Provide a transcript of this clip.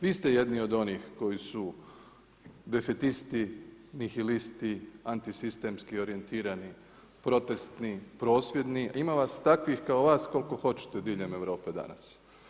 Vi ste jedni od onih koji su defitisti, nihilisti, antisistemski orijentirani, protestni, prosvjedni, a ima vas takvih kao vas koliko hoćete diljem Europe danas.